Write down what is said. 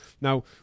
Now